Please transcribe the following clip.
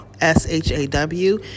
S-H-A-W